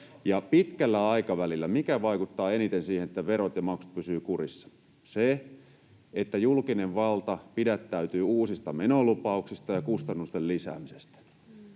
pitkällä aikavälillä mikä vaikuttaa eniten siihen, että verot ja maksut pysyvät kurissa? Se, että julkinen valta pidättäytyy uusista menolupauksista ja kustannusten lisäämisestä.